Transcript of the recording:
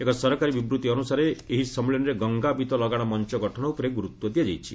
ଏକ ସରକାରୀ ବିବୃଭି ଅନୁସାରେ ଏହି ସମ୍ମିଳନୀରେ ଗଙ୍ଗା ବିଉ ଲଗାଣ ମଞ୍ଚ ଗଠନ ଉପରେ ଗୁରୁତ୍ୱ ଦିଆଯାଇଛି